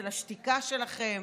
של השתיקה שלכם?